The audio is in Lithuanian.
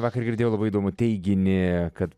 vakar girdėjau labai įdomų teiginį kad